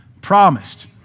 promised